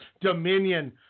dominion